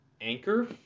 Anchor